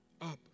up